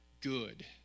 good